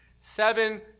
seven